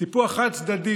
סיפוח חד-צדדי,